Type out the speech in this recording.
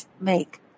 make